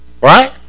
Right